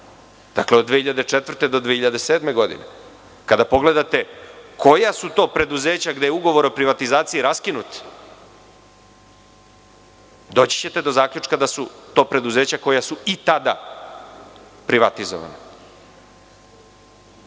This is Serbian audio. dakle, od 2004. do 2007. godine. Kada pogledate koja su to preduzeća gde je ugovor o privatizaciji raskinut. Doći ćete do zaključka da su to preduzeća koja su i tada privatizovana.